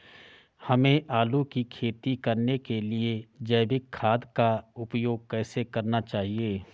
हमें आलू की खेती करने के लिए जैविक खाद का उपयोग कैसे करना चाहिए?